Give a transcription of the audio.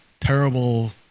terrible